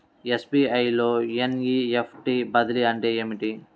SBI లో NEFT బదిలీ అంటే ఏమిటి?